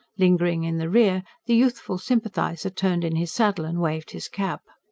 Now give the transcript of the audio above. lingering in the rear, the youthful sympathiser turned in his saddle and waved his cap.